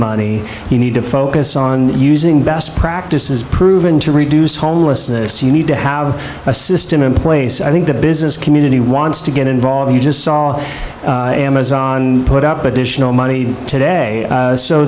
money you need to focus on using best practices proven to reduce homelessness you need to have a system in place i think the business community wants to get involved you just saw amazon put up additional money today